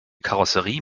karosserie